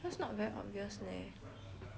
I always like